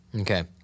Okay